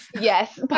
yes